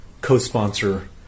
co-sponsor